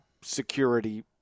security